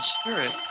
spirit